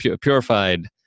purified